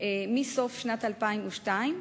מסוף שנת 2002,